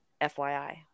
FYI